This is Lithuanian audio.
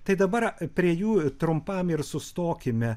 tai dabar prie jų trumpam ir sustokime